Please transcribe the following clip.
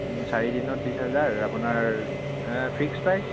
চাৰিদিনত ত্ৰিছ হাজাৰ আপোনাৰ ফিক্স প্ৰাইচ